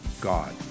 God